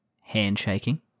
handshaking